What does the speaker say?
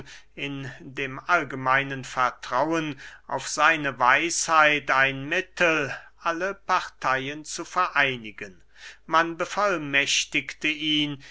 in dem allgemeinen vertrauen auf seine weisheit ein mittel alle parteyen zu vereinigen man bevollmächtigte ihn